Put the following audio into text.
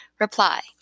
Reply